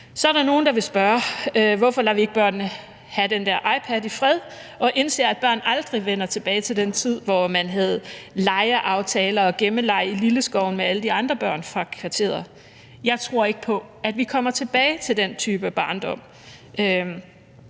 Så er der nogle, der vil spørge: Hvorfor lader vi ikke børnene have den der iPad i fred og indser, at børnene aldrig vender tilbage til den tid, hvor man havde legeaftaler og gemmeleg i Lilleskoven med alle de andre børn fra kvarteret? Jeg tror ikke på, at vi kommer tilbage til den type barndom,